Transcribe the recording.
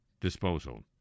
disposal